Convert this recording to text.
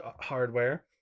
hardware